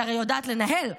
והיא הרי יודעת לנהל: